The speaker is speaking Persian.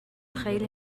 خیلی